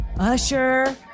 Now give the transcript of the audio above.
Usher